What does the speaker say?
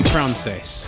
Francis